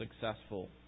successful